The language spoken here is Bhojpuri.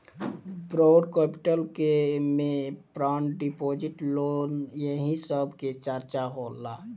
बौरोड कैपिटल के में बांड डिपॉजिट लोन एही सब के चर्चा होला